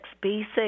basic